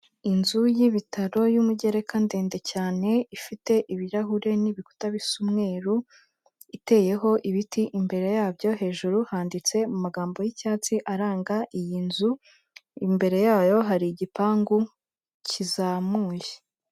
Inzu y'ibitaro y'umugereka ndende cyane, ifite ibirahure n'ibikuta bisa umweru, iteyeho ibiti, imbere yabyo hejuru handitse mu magambo y'icyatsi aranga iyi nzu, imbere yayo hari igipangu kizamuye.